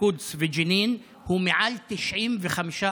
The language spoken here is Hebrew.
אל-קודס וג'נין הוא מעל 95%,